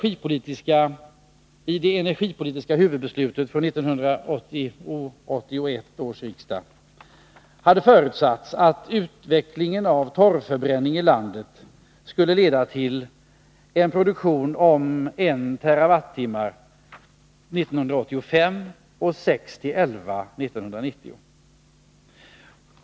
I det energipolitiska huvudbeslutet från 1981 års riksdag hade förutsatts att utvecklingen av torvförbränning i landet skulle leda till en produktion av 1 TWh år 1985 och 6-11 TWh år 1990.